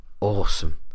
awesome